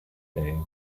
day